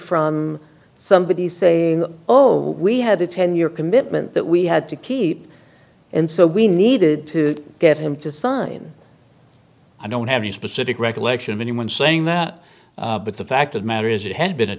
from somebody saying oh we had a ten year commitment that we had to keep and so we needed to get him to sign i don't have any specific recollection of anyone saying that but the fact of matter is it had been a